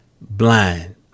blind